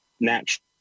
natural